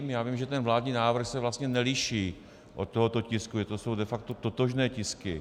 Já vím, že ten vládní návrh se vlastně neliší od tohoto tisku, že jsou to de facto totožné tisky.